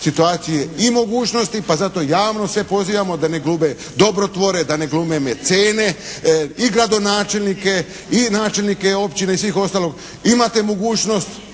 situacije i mogućnosti pa zato javno sve pozivamo da ne glume dobrotvore, da ne glume mecene i gradonačelnike i načelnike općina i sveg ostalog. Imate mogućnost